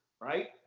right